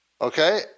Okay